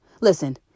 Listen